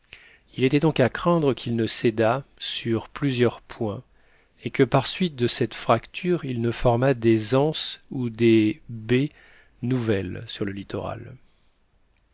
il était donc à craindre qu'il ne cédât sur plusieurs points et que par suite de cette fracture il ne formât des anses ou des baies nouvelles sur le littoral